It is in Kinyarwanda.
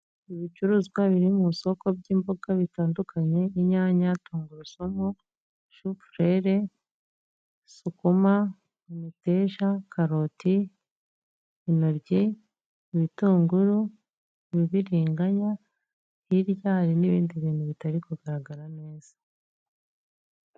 Ibicuruzwa biri mu isoko by'imboga bitandukanye: inyanya, tungurusumu, shufurere, sukuma, imiteja, karoti, intoryi, ibitunguru, ibibiringanya, hirya hari n'ibindi bintu bitari kugaragara neza.